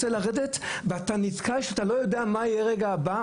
רוצה לרדת מן האוטובוס ואתה נתקל בכך שאתה לא יודע מה יהיה ברגע הבא,